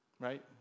Right